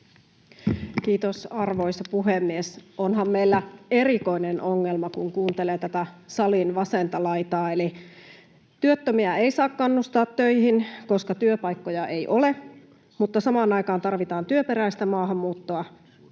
Kiitos, arvoisa puhemies! Onhan meillä erikoinen ongelma, kun kuuntelee tätä salin vasenta laitaa. Työttömiä ei saa kannustaa töihin, koska työpaikkoja ei ole, mutta samaan aikaan tarvitaan työperäistä maahanmuuttoa